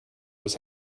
was